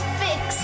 fix